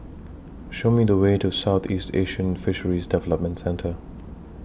Show Me The Way to Southeast Asian Fisheries Development Centre